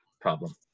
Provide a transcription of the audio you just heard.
problem